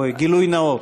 בואי, גילוי נאות.